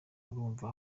urumva